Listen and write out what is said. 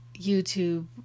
YouTube